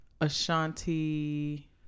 Ashanti